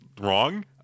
wrong